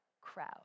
Crowd